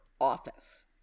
office